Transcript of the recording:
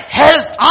health